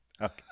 Okay